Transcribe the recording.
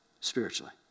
spiritually